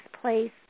place